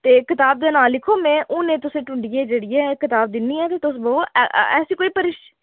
ते कताब दे नांऽ लिखो में हूनै तुसें ई ढूंढियै जेह्ड़ी ऐ किताब दिन्नी आं ते तुस व'बो ऐ ऐसी कोई परेशानी